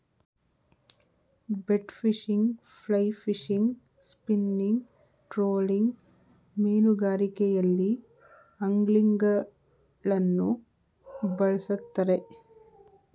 bait fishing, fly fishing, spinning, trolling ಮೀನುಗಾರಿಕೆಯಲ್ಲಿ ಅಂಗ್ಲಿಂಗ್ಗಳನ್ನು ಬಳ್ಸತ್ತರೆ